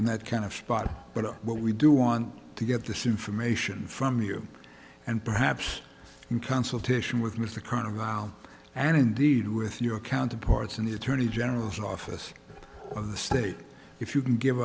in that kind of spot but what we do want to get this information from you and perhaps in consultation with mr carlisle and indeed with your counterparts in the attorney general's office of the state if you can give